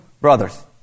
brothers